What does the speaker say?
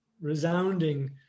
resounding